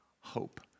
hope